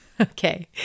Okay